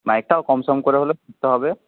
মাইকটাও কমসম করে হলেও করতে হবে